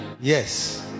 Yes